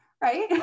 right